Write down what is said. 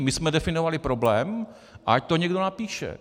My jsme definovali problém a ať to někdo napíše.